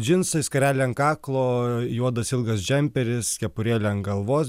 džinsai skarelė ant kaklo juodas ilgas džemperis kepurėlė ant galvos